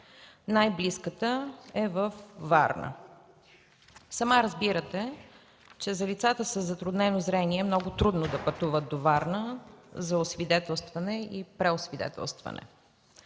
Най-близката е във Варна. Сама разбирате, че за лицата със затруднено зрение е много трудно да пътуват до Варна за освидетелстване и преосвидетелстване.